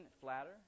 flatter